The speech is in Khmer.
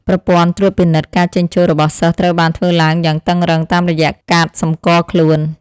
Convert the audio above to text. ប្រព័ន្ធត្រួតពិនិត្យការចេញចូលរបស់សិស្សត្រូវបានធ្វើឡើងយ៉ាងតឹងរ៉ឹងតាមរយៈកាតសម្គាល់ខ្លួន។